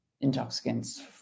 intoxicants